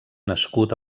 nascut